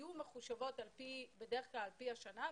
היו מחושבות בדרך כלל על-פי השנה,